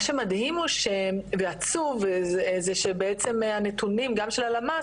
שמדהים ועצוב שזה בעצם הנתונים גם של הלמ"ס,